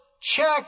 check